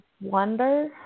wonder